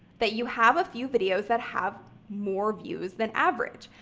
that you have a few videos that have more views than average.